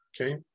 okay